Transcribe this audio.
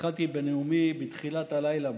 התחלתי בנאומי בתחילת הלילה,